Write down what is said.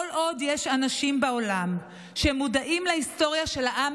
כל עוד יש אנשים בעולם שמודעים להיסטוריה של העם